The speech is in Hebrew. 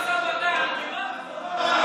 היה משא ומתן משא ומתן,